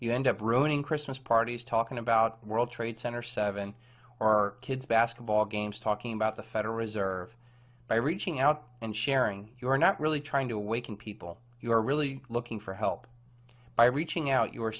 you end up ruining christmas parties talking about world trade center seven our kids basketball games talking about the federal reserve by reaching out and sharing you're not really trying to awaken people you are really looking for help by reaching out your